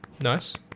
Nice